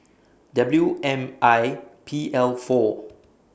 W M I P L four